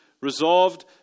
resolved